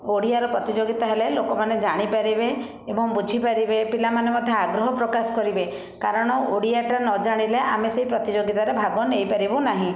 ଓଡ଼ିଆର ପ୍ରତିଯୋଗିତା ହେଲେ ଲୋକମାନେ ଜାଣି ପାରିବେ ଏବଂ ବୁଝିପାରିବେ ପିଲାମାନେ ମଧ୍ୟ ଆଗ୍ରହ ପ୍ରକାଶ କରିବେ କାରଣ ଓଡ଼ିଆଟା ନ ଜାଣିଲେ ଆମେ ସେଇ ପ୍ରତିଯୋଗିତାରେ ଭାଗ ନେଇପାରିବୁ ନାହିଁ